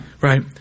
Right